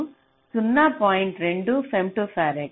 2 femto farad